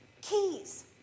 Keys